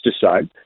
decide